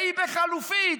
והיא בחלופית.